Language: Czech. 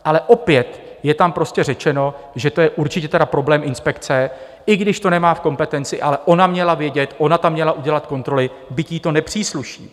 Ale opět je tam prostě řečeno, že to je určitě tedy problém inspekce, i když to nemá v kompetenci, ale ona měla vědět, ona tam měla udělat kontroly, byť jí to nepřísluší.